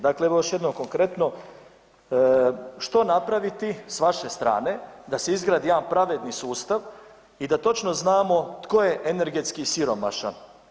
Dakle, evo još jednom konkretno, što napraviti s vaše strane da se izgradi jedan pravedni sustav i da točno znamo tko je energetski siromašan?